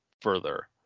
further